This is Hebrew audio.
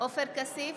עופר כסיף,